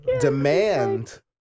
demand